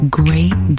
great